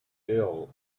ill